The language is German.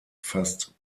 fast